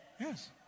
Yes